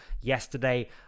yesterday